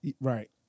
Right